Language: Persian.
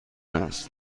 است